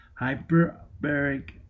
hyperbaric